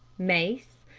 mace,